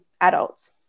adults